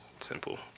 Simple